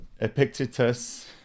Epictetus